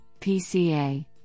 PCA